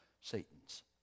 Satan's